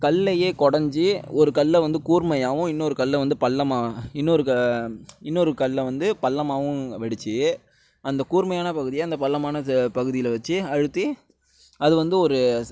கல்லையே குடஞ்சி ஒரு கல்லை வந்து கூர்மையாகவும் இன்னொரு கல்லை வந்து பள்ளமாக இன்னொரு க இன்னொரு கல்லை வந்து பள்ளாமாகவும் வடிச்சு அந்த கூர்மையான பகுதியை அந்த பள்ளமான பகுதியில வச்சு அழுத்தி அது வந்து ஒரு